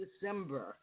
December